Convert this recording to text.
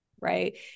Right